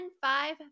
five